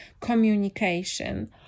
communication